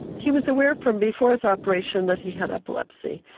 he was aware from before his operation that he had epilepsy,